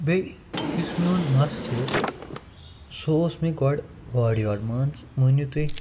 بیٚیہِ یُس میون مَس چھُ سُہ اوس مےٚ گۄڈٕ اورٕ یور مان ژٕ مٲنِو تُہۍ